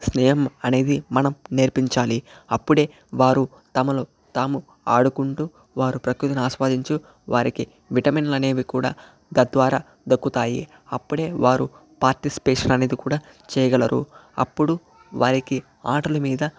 స్నేహం అనేది మనం నేర్పించాలి అప్పుడే వారు తమను తాము ఆడుకుంటూ వారు ప్రకృతిని ఆస్వాదించు వారికి విటమిన్లు అనేవి కూడా తద్వారా దక్కుతాయి అప్పుడే వారు పార్టిసిపేషన్ అనేది కూడా చేయగలరు అప్పుడు వారికి ఆటలు మీద